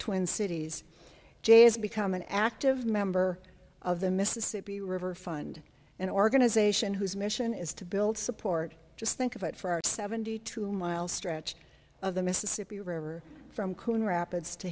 twin cities jay is become an active member of the mississippi river fund an organization whose mission is to build support just think of it for our seventy two mile stretch of the mississippi river from coon rapids to